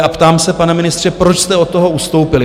A ptám se, pane ministře, proč jste od toho ustoupili?